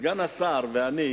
סגן השר ואני